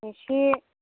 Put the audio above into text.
एसे